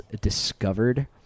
discovered